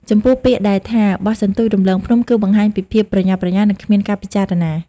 ចំពោះ ពាក្យដែលថា បោះសន្ទូចរំលងភ្នំ គឺបង្ហាញពីភាពប្រញាប់ប្រញាល់ និងគ្មានការពិចារណា។